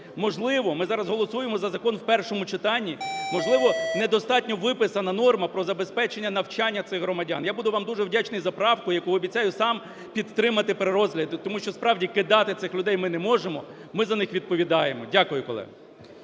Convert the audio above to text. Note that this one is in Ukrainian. Можливо, ми зараз голосуємо закон в першому читанні. Можливо, не достатньо виписана норма про забезпечення навчання цих громадян. Я буду вам дуже вдячний за правку, яку обіцяю сам підтримати при розгляді. Тому що, справді, кидати цих людей ми не можемо, ми за них відповідаємо. Дякую, колеги.